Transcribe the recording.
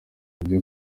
bye